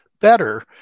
better